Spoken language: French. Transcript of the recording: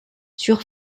sur